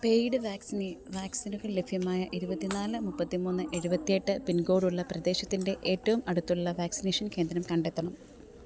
paid vaccine വാക്സിനുകൾ ലഭ്യമായ ഇരുപത്തി നാല് മുപ്പത്തി മൂന്ന് എഴുപത്തി എട്ട് പിൻകോഡുള്ള പ്രദേശത്തിൻ്റെ ഏറ്റവും അടുത്തുള്ള വാക്സിനേഷൻ കേന്ദ്രം കണ്ടെത്തണം